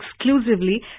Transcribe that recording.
exclusively